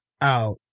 out